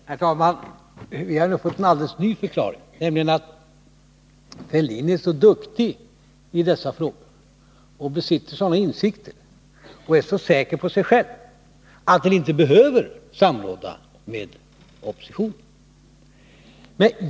Herr talman! Vi har nu fått en alldeles ny förklaring, nämligen att Thorbjörn Fälldin är så duktig i dessa frågor och besitter sådana insikter och är så säker på sig själv att han inte behöver samråda med oppositionen.